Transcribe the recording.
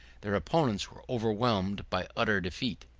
their opponents were overwhelmed by utter defeat.